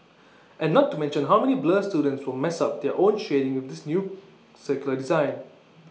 and not to mention how many blur students will mess up their own shading with this new circular design